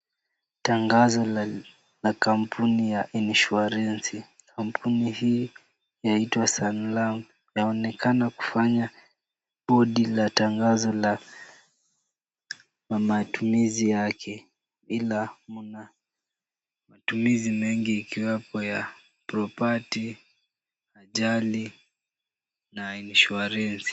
Tangazo la kampuni ya insurance . Kampuni hii inaitwa Sanlam. Inaonekana kufanya budi la tangazo la matumizi yake ila kuna matumizi mengi ikiwemo ya property , ajali na insurance .